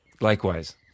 Likewise